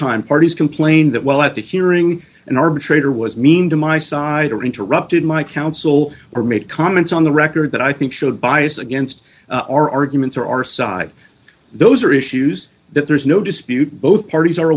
time parties complain that while at the hearing an arbitrator was mean to my side or interrupted my counsel or make comments on the record that i think should bias against our arguments or our side those are issues that there is no dispute both parties are